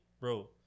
bro